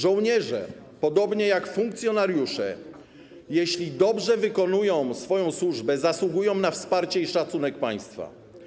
Żołnierze, podobnie jak funkcjonariusze, jeśli dobrze wykonują swoją służbę, zasługują na wsparcie i szacunek państwa.